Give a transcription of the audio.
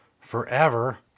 forever